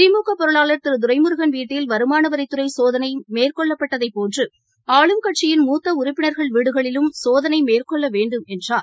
திமுகபொருளாளார் திருதுரைமுருகள் வீட்டில் வருமானவரித்துறைசோதனைமேற்கொள்ளப்பட்டதைப் போன்று ஆளும் கட்சியின் மூத்தஉறுப்பினர்கள் வீடுகளிலும் சோதனைமேற்கொள்ளவேண்டும் என்றார்